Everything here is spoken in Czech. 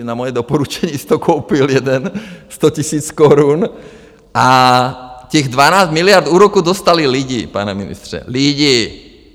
na moje doporučení si to koupil jeden, 100 tisíc korun, a těch 12 miliard úroků dostali lidi, pane ministře, lidi!